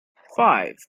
five